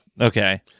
okay